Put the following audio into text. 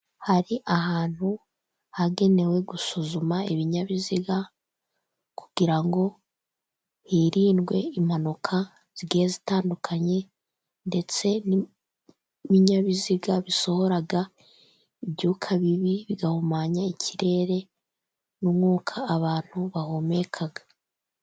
Hari ahantu hagenewe gusuzuma ibinyabiziga , kugirango hirindwe impanuka zigiye zitandukanye ndetse n'ibinyabiziga bisohora ibyuka bibi bihumanya ikirere n'umwuka abantu bahumeka.